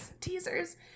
teasers